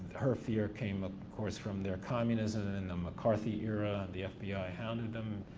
her fear came, of course, from their communism in the mccarthy era. the fbi hounded them,